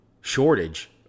shortage